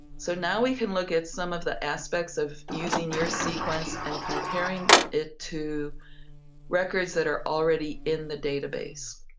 so now we can look at some of the aspects of using your sequence and comparing it to records that are already in the data base.